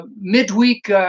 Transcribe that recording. midweek